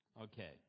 Okay